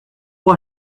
pour